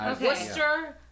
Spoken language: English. Worcester